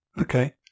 Okay